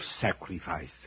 sacrifice